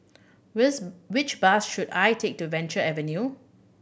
with which bus should I take to Venture Avenue